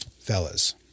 fellas